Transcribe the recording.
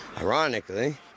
Ironically